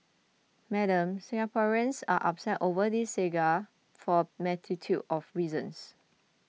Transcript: Madam Singaporeans are upset over this saga for a multitude of reasons